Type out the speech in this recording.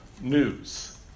news